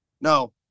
No